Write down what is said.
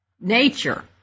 nature